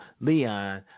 Leon